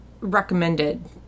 recommended